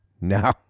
No